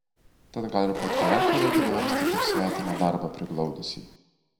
tad gal ir patriarchą reikia nuversti kaip svetimą darbą priglaudusį